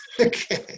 okay